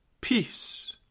peace